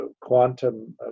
quantum